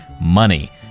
money